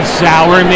sour